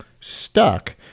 stuck